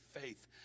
faith